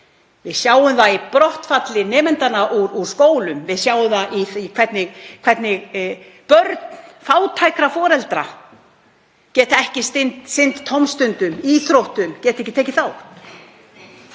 Við sjáum það í brottfalli nemenda úr skólum. Við sjáum það í því hvernig börn fátækra foreldra geta ekki sinnt tómstundum, íþróttum, geta ekki tekið þátt.